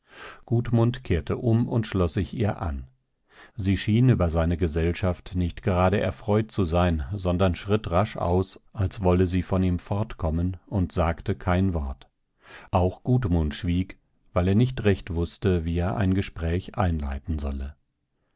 kaufen gudmund kehrte um und schloß sich ihr an sie schien über seine gesellschaft nicht gerade erfreut zu sein sondern schritt rasch aus als wolle sie von ihm fortkommen und sagte kein wort auch gudmund schwieg weil er nicht recht wußte wie er ein gespräch einleiten solle